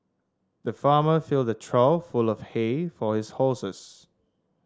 the farmer filled a trough full of hay for his horses